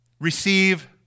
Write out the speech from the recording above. Receive